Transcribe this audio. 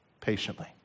patiently